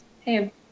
hey